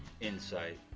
Insight